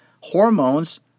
Hormones